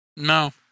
No